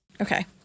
Okay